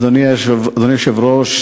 אדוני היושב-ראש,